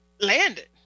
landed